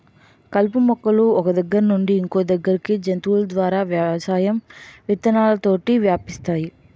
కలుపు మొక్కలు ఒక్క దగ్గర నుండి ఇంకొదగ్గరికి జంతువుల ద్వారా వ్యవసాయం విత్తనాలతోటి వ్యాపిస్తాయి